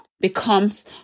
becomes